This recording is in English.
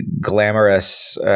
glamorous